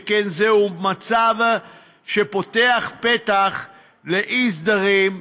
שכן זהו מצב שפותח פתח לאי-סדרים,